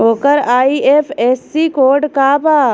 ओकर IFSC code का बा?